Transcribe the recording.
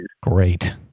Great